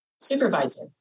Supervisor